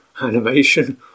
animation